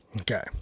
Okay